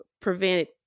prevent